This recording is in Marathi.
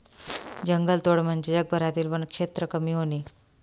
जंगलतोड म्हणजे जगभरातील वनक्षेत्र कमी होणे